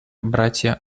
братья